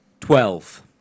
Twelve